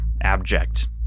Abject